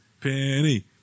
Penny